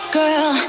girl